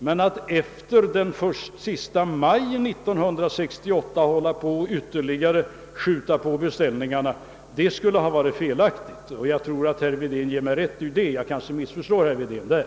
Men att efter den sista maj 1968 hålla på att ytterligare skjuta på be ställningarna skulle ha varit felaktigt, och jag tror att herr Wedén ger mig rätt i det. Jag kanske missförstår herr Wedén.